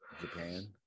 japan